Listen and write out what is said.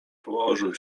położył